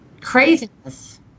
craziness